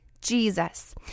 Jesus